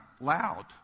loud